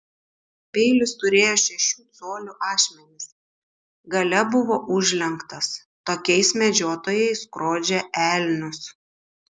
peilis turėjo šešių colių ašmenis gale buvo užlenktas tokiais medžiotojai skrodžia elnius